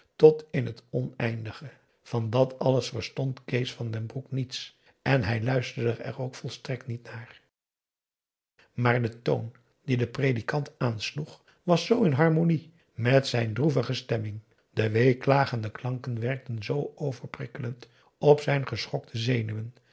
tot in het oneindige van dat alles verstond kees van den broek niets en hij luisterde er ook volstrekt niet naar maar de toon dien de predikant aansloeg was zoo in harmonie met zijn droevige stemming de weeklagende klanken werkten zoo overprikkelend op zijn geschokte zenuwen